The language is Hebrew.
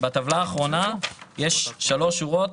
בטבלה האחרונה יש שלוש שורות,